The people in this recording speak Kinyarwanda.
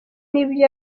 n’ibyo